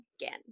again